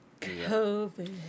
COVID